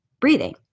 breathing